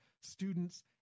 students